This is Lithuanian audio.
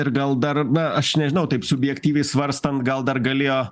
ir gal dar na aš nežinau taip subjektyviai svarstant gal dar galėjo